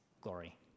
glory